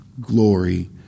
glory